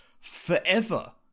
forever